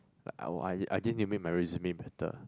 I were I I didn't even make my resume better